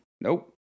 Nope